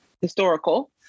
historical